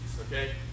okay